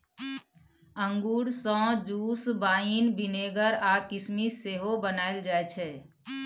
अंगुर सँ juice, wine, vinegar आ किसमिस सेहो बनाएल जाइ छै